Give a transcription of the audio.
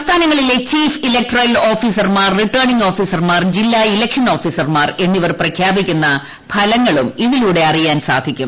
പ്രസ്ഥാനങ്ങളിലെ chief electoral ഓഫീസർമാർ റിട്ടേണ്ടിട്ടഗ് ഓഫീസർമാർ ജില്ലാ ഇലക്ഷൻ ഓഫീസർമാർ എന്നിവർ പ്രഖ്യാപിക്കുന്ന ഫലങ്ങളും ഇതിലൂടെ അറിയാൻ സാധിക്കും